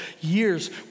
years